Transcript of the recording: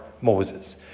Moses